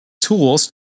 tools